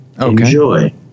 Enjoy